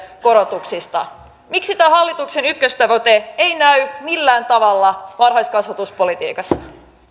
korotuksista miksi tämän hallituksen ykköstavoite ei näy millään tavalla varhaiskasvatuspolitiikassa